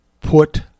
put